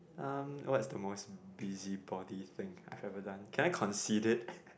um what's the most busybody thing I have ever done can I concede it